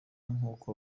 nkuko